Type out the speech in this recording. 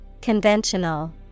Conventional